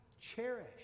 cherish